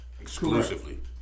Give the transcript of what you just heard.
Exclusively